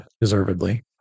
Deservedly